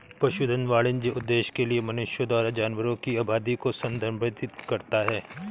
पशुधन वाणिज्यिक उद्देश्य के लिए मनुष्यों द्वारा जानवरों की आबादी को संदर्भित करता है